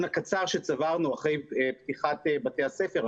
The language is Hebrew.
הקצר שצברנו אחרי פתיחת בתי הספר,